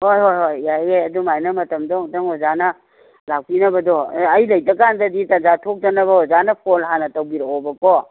ꯍꯣꯏ ꯍꯣꯏ ꯍꯣꯏ ꯌꯥꯏꯌꯦ ꯑꯗꯨꯃꯥꯏꯅ ꯃꯇꯝꯗꯣ ꯑꯝꯇꯪ ꯑꯣꯖꯥꯅ ꯂꯥꯛꯄꯤꯅꯕꯗꯣ ꯑꯦ ꯑꯩ ꯂꯩꯇ꯭ꯔꯀꯥꯟꯗꯗꯤ ꯇꯟꯖꯥ ꯊꯣꯛꯇꯅꯕ ꯑꯣꯖꯥꯅ ꯐꯣꯟ ꯍꯥꯟꯅ ꯇꯧꯕꯤꯔꯛꯑꯣꯕ ꯀꯣ